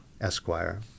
Esquire